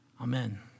amen